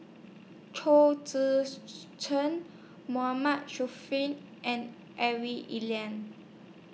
Chong Tze Chien Mahmood and Ivy